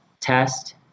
test